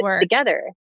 together